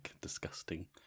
disgusting